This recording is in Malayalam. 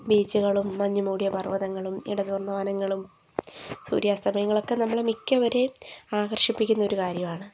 ബീച്ചുകളും മഞ്ഞു മൂടിയ പർവ്വതങ്ങളും ഇടതൂർന്ന വനങ്ങളും സൂര്യാസ്തമയങ്ങളൊക്കെ നമ്മളെ മിക്കവരെയും ആകർഷിപ്പിക്കുന്ന ഒരു കാര്യമാണ്